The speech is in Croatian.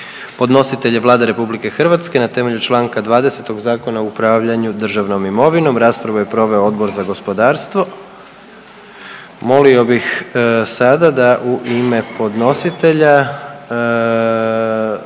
Podnositelj je Vlada RH na temelju Članka 20. Zakona o upravljanju državnom imovinom. Raspravu je proveo Odbor za gospodarstvo. Molio bih sada da u ime podnositelja